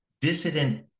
dissident